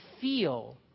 feel